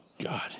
God